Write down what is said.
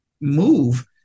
move